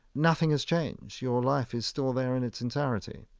nothing is changed. your life is still there in its entirety